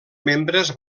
membres